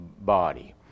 body